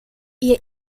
ihr